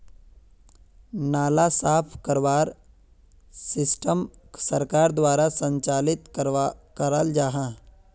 नाला साफ करवार सिस्टम सरकार द्वारा संचालित कराल जहा?